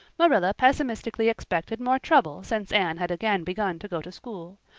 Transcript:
marilla pessimistically expected more trouble since anne had again begun to go to school.